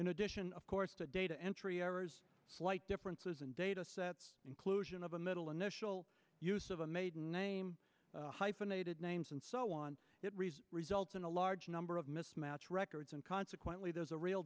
in addition of course to data entry slight differences in data inclusion of a middle initial of a maiden name hyphenated names and so on it results in a large number of mismatch records and consequently there's a real